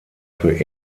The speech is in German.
für